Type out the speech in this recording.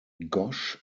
ghosh